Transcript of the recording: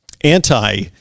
anti